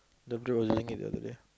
was using it the other day